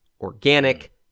organic